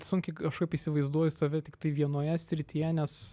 sunkiai kašaip įsivaizduoju save tiktai vienoje srityje nes